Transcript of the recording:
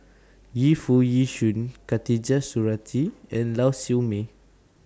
Yu Foo Yee Shoon Khatijah Surattee and Lau Siew Mei